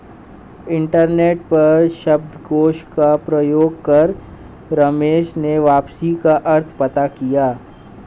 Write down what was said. internet पर शब्दकोश का प्रयोग कर रमेश ने वापसी का अर्थ पता किया